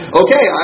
okay